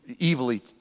evilly